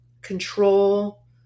control